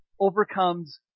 overcomes